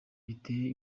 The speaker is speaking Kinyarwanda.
biteye